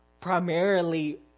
primarily